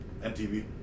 MTV